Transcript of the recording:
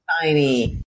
tiny